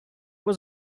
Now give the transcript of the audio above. was